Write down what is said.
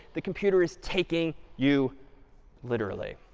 the computer is taking you literally.